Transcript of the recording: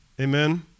Amen